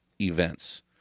events